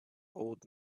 old